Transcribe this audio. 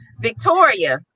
Victoria